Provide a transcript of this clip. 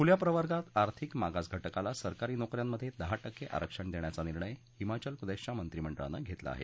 खुल्या प्रवर्गात आर्थिक मागास घटकाला सरकारी नोक यात दहा टक्के आरक्षण देण्याचा निर्णय हिमाचल प्रदेशच्या मंत्रिमडळान घेतला आहे